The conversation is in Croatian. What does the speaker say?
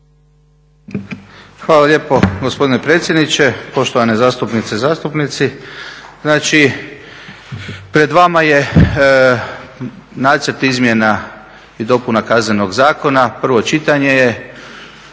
Hvala lijepo gospodine predsjedniče. Poštovane zastupnice i zastupnici. Pred vama je nacrt izmjena i dopuna Kaznenog zakona, prvo čitanje je.